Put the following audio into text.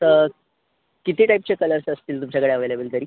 तर किती टाईपचे कलर्स असतील तुमच्याकडे अॅवेलेबल तरी